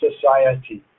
society